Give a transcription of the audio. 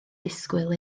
disgwyl